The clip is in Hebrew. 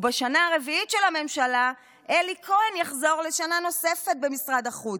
ובשנה הרביעית של הממשלה אלי כהן יחזור לשנה נוספת במשרד החוץ.